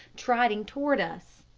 trotting toward us.